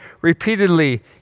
repeatedly